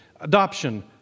adoption